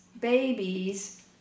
babies